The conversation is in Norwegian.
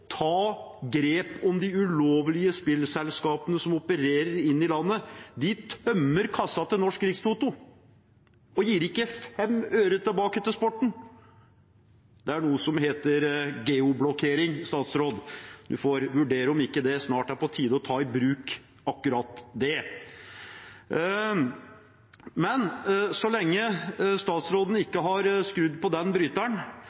ta grep om de ulovlige spillselskapene som opererer i landet. De tømmer kassa til Norsk Rikstoto og gir ikke fem øre tilbake til sporten. Det er noe som heter geoblokkering. Vi får vurdere om det ikke snart er på tide å ta i bruk akkurat det. Men så lenge statsråden ikke har skrudd på den bryteren,